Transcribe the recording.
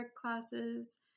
classes